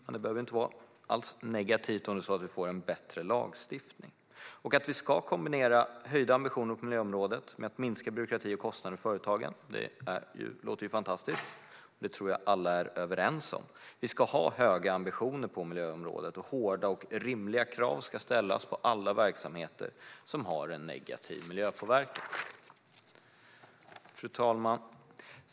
Men det behöver inte alls vara negativt om det skulle innebära att det blir en bättre lagstiftning. Att vi ska kombinera höjda ambitioner på miljöområdet med att minska byråkrati och kostnader för företagen låter fantastiskt. Det tror jag alla är överens om. Vi ska ha höga ambitioner på miljöområdet, och hårda och rimliga krav ska ställas på alla verksamheter som har en negativ miljöpåverkan. Fru talman!